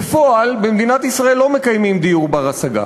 בפועל, במדינת ישראל לא מקיימים דיור בר-השגה.